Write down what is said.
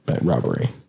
robbery